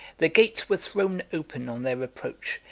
the gates were thrown open on their approach,